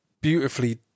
beautifully